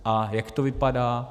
A jak to vypadá?